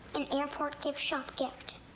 an airport gift shop gift.